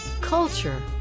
culture